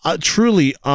truly